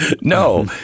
no